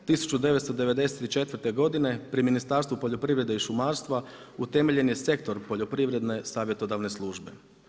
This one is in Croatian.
1994. godine, pri Ministarstvu poljoprivrede i šumarstva utemeljen je sektor poljoprivredne savjetodavne službe.